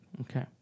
Okay